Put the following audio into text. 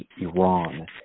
Iran